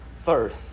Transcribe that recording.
Third